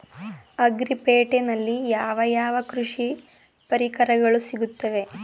Agri ಪೇಟೆನಲ್ಲಿ ಯಾವ ಯಾವ ಕೃಷಿ ಪರಿಕರಗಳು ಸಿಗುತ್ತವೆ?